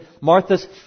Martha's